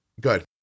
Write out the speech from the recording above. good